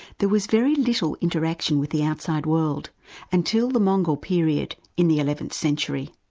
there was very little interaction with the outside world until the mongol period in the eleventh century.